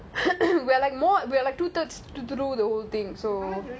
we're like more we're like two thirds to do the whole thing so